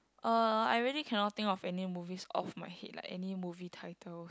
uh I really cannot think of any movies off my head like any movie title